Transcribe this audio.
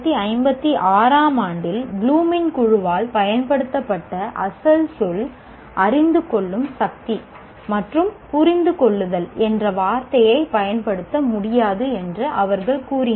1956 ஆம் ஆண்டில் ப்ளூமின் குழுவால் பயன்படுத்தப்பட்ட அசல் சொல் 'அறிந்துகொள்ளும் சக்தி' மற்றும் 'புரிந்து கொள்ளுதல்' என்ற வார்த்தையை பயன்படுத்த முடியாது என்று அவர்கள் கூறினர்